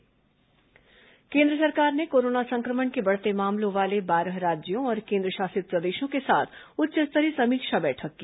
Covid समीक्षा केन्द्र सरकार ने कोरोना संक्रमण के बढ़ते मामलों वाले बारह राज्यों और केन्द्रशासित प्रदेशों के साथ उच्च स्तरीय समीक्षा बैठक की